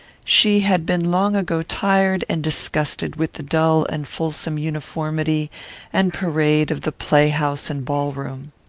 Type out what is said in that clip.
she had been long ago tired and disgusted with the dull and fulsome uniformity and parade of the play-house and ballroom.